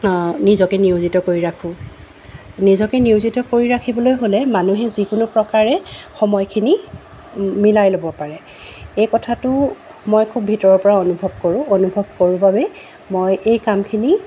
নিজকে নিয়োজিত কৰি ৰাখোঁ নিজকে নিয়োজিত কৰি ৰাখিবলৈ হ'লে মানুহে যিকোনো প্ৰকাৰে সময়খিনি মিলাই ল'ব পাৰে এই কথাটো মই খুব ভিতৰৰ পৰা অনুভৱ কৰোঁ অনুভৱ কৰোঁ বাবে মই এই কামখিনি